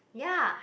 ya